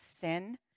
sin